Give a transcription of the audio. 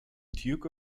duke